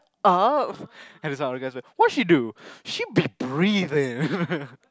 oh be like what she do she be breathing